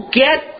get